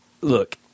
look